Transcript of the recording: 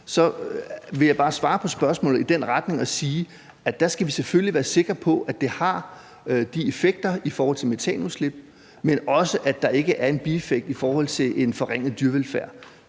vil jeg bare svare på spørgsmålet i den retning og sige, at der skal vi selvfølgelig være sikre på, at det har de effekter i forhold til metanudslip, men også, at der ikke er en bieffekt i forhold til en forringet dyrevelfærd.